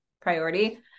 priority